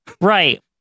Right